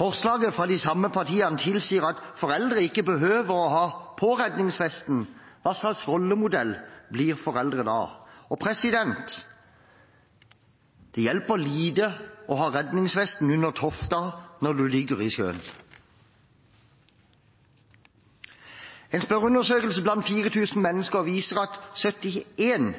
Forslaget fra regjeringspartiene tilsier at foreldre ikke behøver å ha på redningsvesten. Hva slags rollemodeller blir foreldre da? Det hjelper lite å ha redningsvesten under tofta når du ligger i sjøen. En spørreundersøkelse blant 4 000 mennesker viser at 71